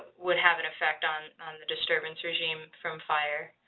would have an effect on on the disturbance regime from fire.